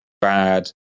bad